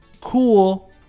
cool